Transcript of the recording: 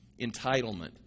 entitlement